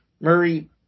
Murray